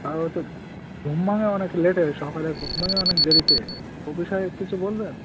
আর ও তো ঘুম ভাঙে অনেক লেটে সকালে ঘুম ভাঙে অনেক দেরিতে ও বিষয়ে কিছু বলবেন